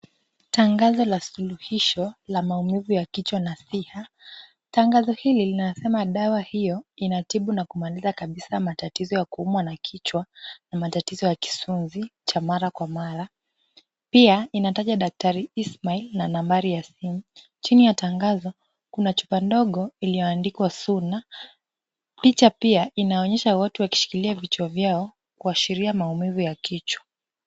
Tangazo la suluhisho la maumbuvu ya kichwa na siha, tangazo hili linasema dawa hiyo inatibu na kumaliza kabisa matatizo ya kuumwa na kichwa na matatizo ya kisumvi cha mara kwa mara, pia, inataja daktari Ismail na nambari ya simu, chini ya tangazo, kuna chupa ndogo iliyoandikwa "Soon", picha pia inaonyesha watu wakishikilia vichwa vyao kwa sheria maumivu ya kichwa.